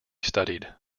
studied